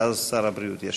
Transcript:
ואז שר הבריאות ישיב.